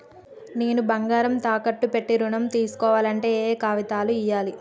నేను బంగారం తాకట్టు పెట్టి ఋణం తీస్కోవాలంటే ఏయే కాగితాలు ఇయ్యాలి?